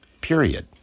period